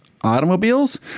automobiles